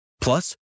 Plus